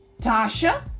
Tasha